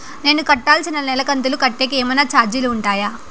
నేను కట్టాల్సిన నెల కంతులు కట్టేకి ఏమన్నా చార్జీలు ఉంటాయా?